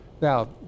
Now